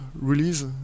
release